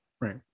right